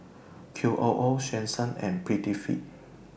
Q O O Swensens and Prettyfit